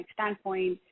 standpoint